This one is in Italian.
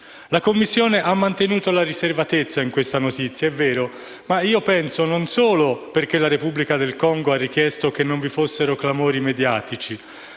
La Commissione ha mantenuto la riservatezza della notizia - è vero - ma io penso che ciò sia avvenuto, non solo perché la Repubblica del Congo ha richiesto che non vi fossero clamori mediatici